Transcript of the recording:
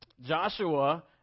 Joshua